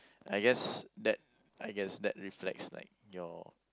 and I guess that I guess that reflects like your